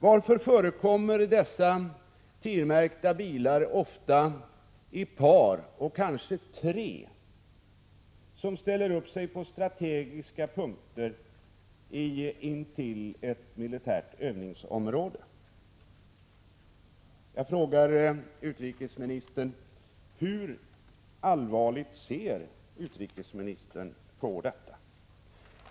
Varför förekommer dessa TIR-märkta bilar i par eller kanske tre tillsammans och ställer upp sig på strategiska punkter intill ett militärt övningsområde? Jag frågar utrikesministern: Hur allvarligt ser utrikesministern på detta?